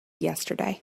yesterday